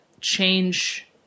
change